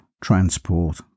transport